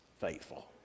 faithful